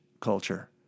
culture